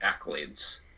accolades